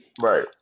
Right